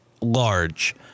large